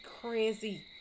crazy